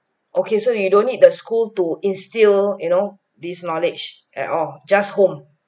okay so you don't need the school to instill you know these knowledge at all just home